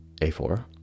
A4